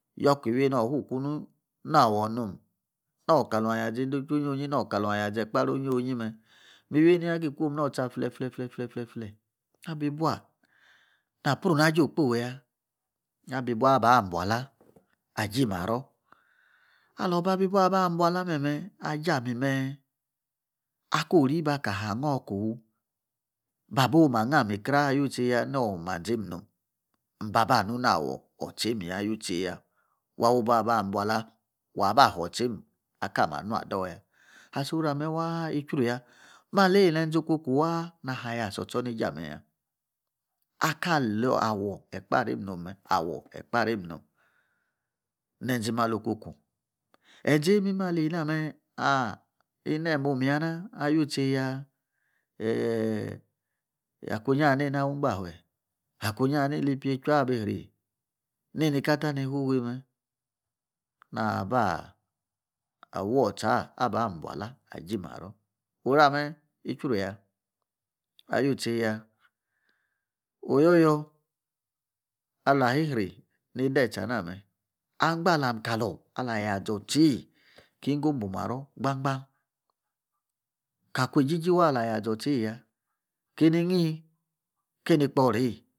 Yor ki iwienor kuku nini na awor num nor kalan aya zi niedochuii onyonyi nor kala ayazi ekpaari onyonyi meh. Mi iwi eni agi kwum nortsa fle fle fle, na bi ibua naprunajie okpoya na bi bua aba' bualah aji maro. Alah bi bou ambualah memeh aji ami ako ori aka aha angung kowu ba' baa angun mi kra ajuisaya na ayor manziem nom mbaa ba'nu na awor manziem nom mbaa ba nu naawor otsaim ya yutseya wa wu ibuo abuala waba ah hotsaim aka ami anu adoya asoro ameh waa' itchuru ya'malie nezie okoku waa na ha yor otsorneijie ameh ya. Ana alo ayor ekpaariem nom meh, ayor ekpaariam nom Nezie maloukoku enzie mali ena meh ah inemom ya nah ayutse ya eeh akunyi ahanini na awu-igbahe, akunyi ahanini lipi echua abi iri neni ka ta ni fufua meh na ba' awa- otsa aba' buala aji maro ora meh, itchru- ya alutseya oyoyor alahirri ibetse ana meh agba' alam kalor ala ya zor otsie, ki wongo bow maro gban gban ka kwejiji waa' alah ya zor otsie ya keni ngii keni kporaie